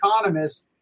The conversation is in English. economists